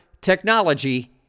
Technology